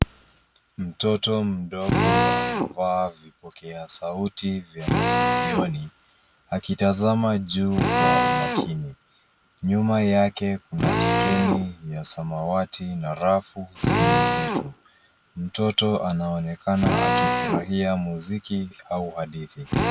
Mtoto mdogo amevaa vipokea sauti vya masikioni akitazama juu kwa umakini. Nyuma yake kuna skrini ya samawati na rafu zenye vitu. Mtoto anaonekana akifurahia muziki au hadithi.